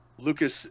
Lucas